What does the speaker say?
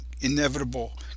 inevitable